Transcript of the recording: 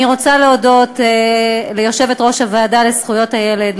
אני רוצה להודות ליושבת-ראש הוועדה לזכויות הילד,